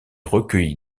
recueillie